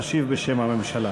תשיב בשם הממשלה.